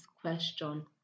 question